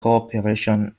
cooperation